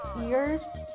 ears